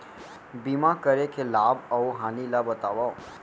बीमा करे के लाभ अऊ हानि ला बतावव